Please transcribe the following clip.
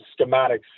schematics